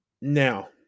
Now